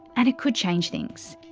and it could change things.